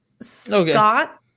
Scott